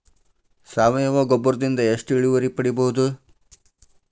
ಸಾವಯವ ಗೊಬ್ಬರದಿಂದ ಎಷ್ಟ ಇಳುವರಿ ಪಡಿಬಹುದ?